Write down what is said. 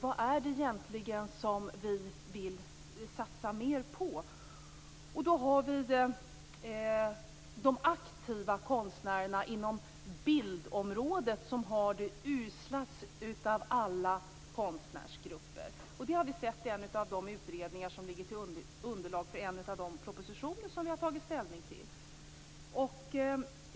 Vad är det egentligen som vi vill satsa mer på? Vi har där de aktiva konstnärerna inom bildområdet. De har det mest uselt av alla konstnärsgrupper. Det har vi sett i en av de utredningar som ligger till underlag för en av de propositioner som riksdagen har tagit ställning till.